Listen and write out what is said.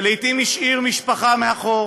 ולעתים השאיר משפחה מאחור